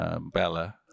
Bella